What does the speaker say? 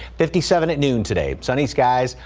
fifty seven at noon today, sunny skies.